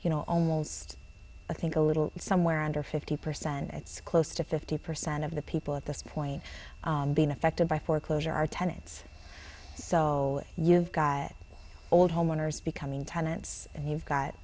you know almost i think a little somewhere under fifty percent and it's close to fifty percent of the people at this point being affected by foreclosure are tenants so you've got old homeowners becoming tenants and you've got